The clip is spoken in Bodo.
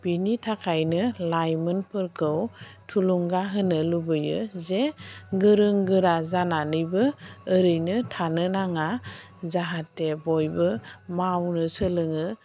बेनि थाखायनो लाइमोनफोरखौ थुलुंगा होनो लुबैयो जे गोरों गोरा जानानैबो ओरैनो थानो नाङा जाहाथे बयबो मावनो सोलोङो